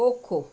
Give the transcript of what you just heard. ओखो